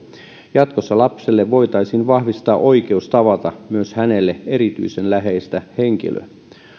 jatkossa lapselle voitaisiin vahvistaa oikeus tavata myös hänelle erityisen läheistä henkilöä